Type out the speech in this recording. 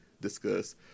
discuss